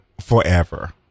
forever